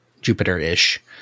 Jupiter-ish